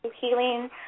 healing